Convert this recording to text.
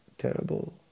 Terrible